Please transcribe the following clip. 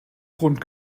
grund